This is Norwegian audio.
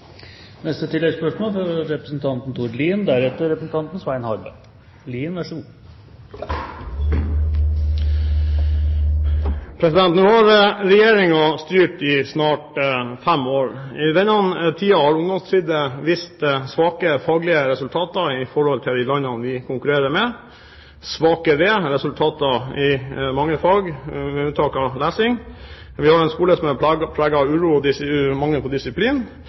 Lien – til oppfølgingsspørsmål. Nå har Regjeringen styrt i snart fem år. I denne tiden har ungdomstrinnet vist svake faglige resultater i forhold til de landene vi konkurrerer med. Det er svake resultater i mange fag, med unntak av lesing. Vi har en skole som er preget av uro og mangel på disiplin.